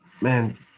Man